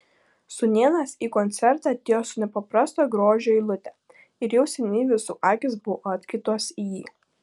sūnėnas į koncertą atėjo su nepaprasto grožio eilute ir jau seniai visų akys buvo atkreiptos į jį